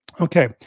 Okay